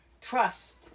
trust